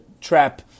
trap